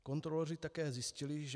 Kontroloři také zjistili, že